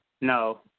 No